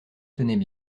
tenaient